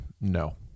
No